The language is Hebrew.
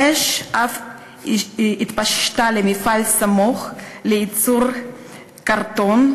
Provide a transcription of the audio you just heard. האש אף התפשטה למפעל סמוך לייצור קרטון,